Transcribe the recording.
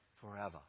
forever